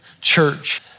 church